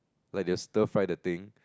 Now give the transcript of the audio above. like they'll stir fry the thing